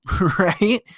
right